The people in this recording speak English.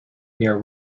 near